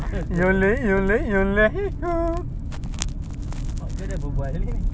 tapi cool lah kan benda tu senang aku punya smart home kat rumah yang aku punya Google assistant